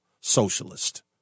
socialist